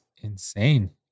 insane